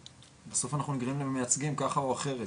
ובסוף אנחנו נגררים למייצגים ככה או אחרת.